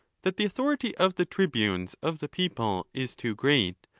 that the authority of the tribunes of the people is too great,